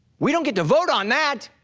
we don't get to vote on that.